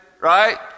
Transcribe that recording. right